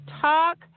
talk